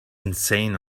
insane